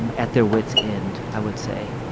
and at their wits' end, i would say